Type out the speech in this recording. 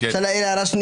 240. אפשר להעיר הערה?